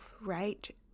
right